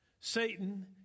Satan